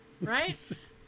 right